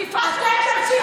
תקיפה של ראש ממשלה,